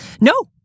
No